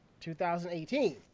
2018